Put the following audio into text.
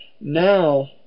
Now